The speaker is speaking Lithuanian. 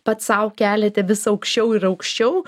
pats sau keliate vis aukščiau ir aukščiau